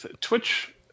Twitch